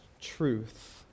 truth